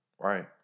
right